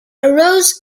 arose